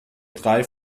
drei